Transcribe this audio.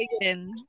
again